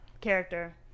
character